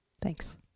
thanks